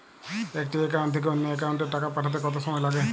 একটি একাউন্ট থেকে অন্য একাউন্টে টাকা পাঠাতে কত সময় লাগে?